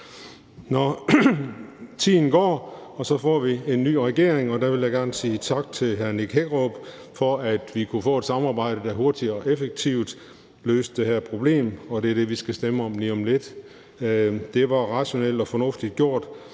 Nå, tiden går, og så får vi en ny regering. Og der vil jeg gerne sige tak til justitsministeren for, at vi kunne få et samarbejde, der hurtigt og effektivt løste det her problem. Og det er det, vi skal stemme om lige om lidt. Det var rationelt og fornuftigt gjort.